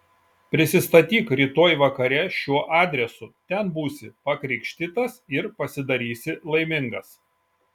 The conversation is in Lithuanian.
prisistatyk rytoj vakare šiuo adresu ten būsi pakrikštytas ir pasidarysi laimingas